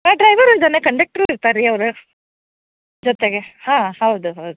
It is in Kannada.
ಹಾಂ ಡ್ರೈವರೂ ಇದ್ದಾನೆ ಕಂಡೆಕ್ಟ್ರೂ ಇರ್ತಾರೆ ರೀ ಅವರು ಜೊತೆಗೆ ಹಾಂ ಹೌದು ಹೌದು